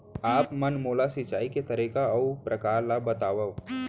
आप मन मोला सिंचाई के तरीका अऊ प्रकार ल बतावव?